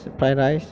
fried rice